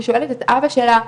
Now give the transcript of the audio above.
היא שואלת את אבא שלה,